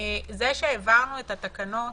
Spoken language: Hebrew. שזה שהעברנו את התקנות